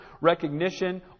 recognition